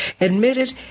admitted